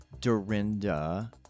Dorinda